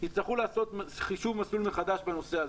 יצטרכו לעשות חישוב מסלול מחדש בנושא הזה.